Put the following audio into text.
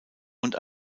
und